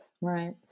Right